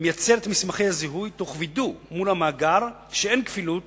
ייצר את מסמכי הזיהוי תוך וידוא מול המאגר שאין כפילות